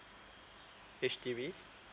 H_D_B